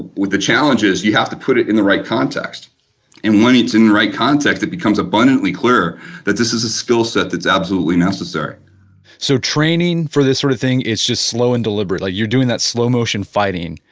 with the challenges you have put it in the right context and when it's in the right context, it becomes abundantly clear that this is a skill set that is absolutely necessary so training for this sort of thing is just slow and deliberate, like you're doing that slow-motion fighting,